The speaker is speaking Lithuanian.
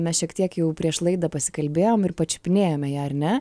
mes šiek tiek jau prieš laidą pasikalbėjom ir pačiupinėjome ją ar ne